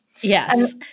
Yes